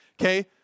okay